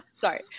sorry